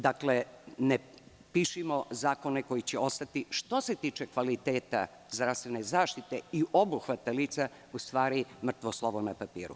Dakle, ne pišimo zakone koji će ostati, što se tiče kvaliteta zdravstvene zaštite i obuhvata lica, u stvari mrtvo slovo na papiru.